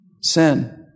Sin